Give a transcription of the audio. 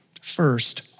First